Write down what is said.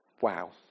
Wow